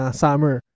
summer